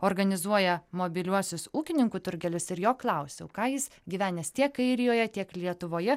organizuoja mobiliuosius ūkininkų turgelius ir jo klausiau ką jis gyvenęs tiek airijoje tiek lietuvoje